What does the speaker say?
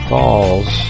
Falls